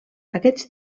aquests